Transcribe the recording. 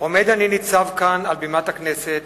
עומד אני ניצב כאן על בימת הכנסת,